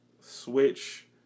switch